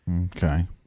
Okay